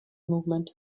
movement